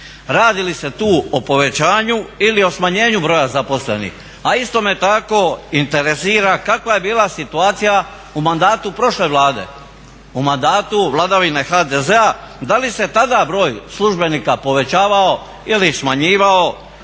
Radi li se tu o povećanju ili o smanjenju broja zaposlenih? A isto me tako interesira kakva je bila situacija u mandatu prošle Vlade, u mandatu vladavine HDZ-a, da li se tada broj službenika povećavao ili smanjivao